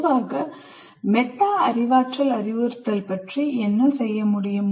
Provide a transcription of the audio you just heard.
பொதுவாக மெட்டா அறிவாற்றல் அறிவுறுத்தல் பற்றி என்ன செய்ய முடியும்